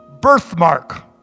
birthmark